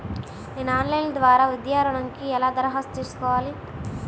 నేను ఆన్లైన్ ద్వారా విద్యా ఋణంకి ఎలా దరఖాస్తు చేసుకోవాలి?